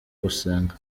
gusenga